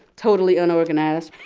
totally unorganized